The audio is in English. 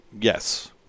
Yes